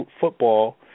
football